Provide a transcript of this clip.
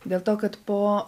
dėl to kad po